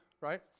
right